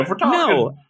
No